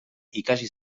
ikasi